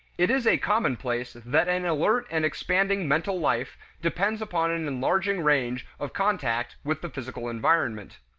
it is a commonplace that an alert and expanding mental life depends upon an enlarging range of contact with the physical environment.